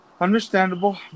Understandable